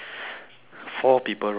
four people row one K